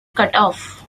cutoff